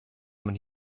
man